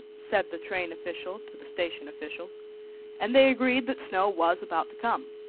said the train official to the station officials and they agreed that snow was about to come.